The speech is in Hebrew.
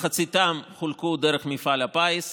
מחציתם חולקו דרך מפעל הפיס,